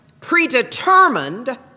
predetermined